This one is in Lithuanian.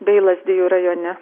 bei lazdijų rajone